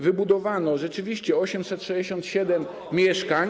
Wybudowano rzeczywiście 867 mieszkań.